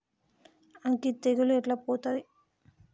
అగ్గి తెగులు ఎట్లా పోతది?